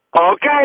Okay